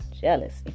jealousy